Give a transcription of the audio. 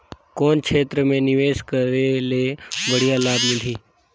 कौन क्षेत्र मे निवेश करे ले बढ़िया लाभ मिलही?